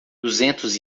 duzentos